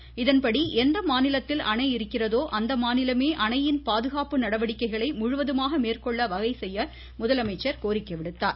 திருத்தங்களை இதன்படி எந்த மாநிலத்தில் அணை இருக்கிறதோ அந்த மாநிலமே அணையின் பாதுகாப்பு நடவடிக்கைகளை முழுவதுமாக மேற்கொள்ள வகை செய்ய கோரிக்கை விடுத்துள்ளார்